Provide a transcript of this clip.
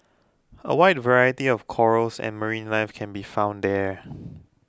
a wide variety of corals and marine life can be found there